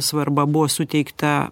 svarba buvo suteikta